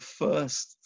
first